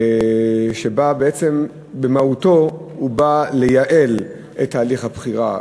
החוק בא במהותו לייעל את הליך הבחירה.